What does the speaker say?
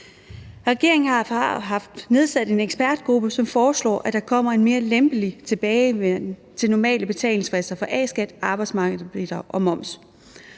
Regeringen har haft nedsat en ekspertgruppe, som foreslår, at der kommer en mere lempelig tilbagevenden til normale betalingsfrister for A-skat, arbejdsmarkedsbidrag og moms.